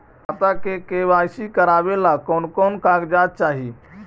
खाता के के.वाई.सी करावेला कौन कौन कागजात चाही?